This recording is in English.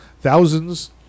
Thousands